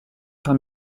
par